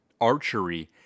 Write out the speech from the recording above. archery